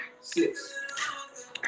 six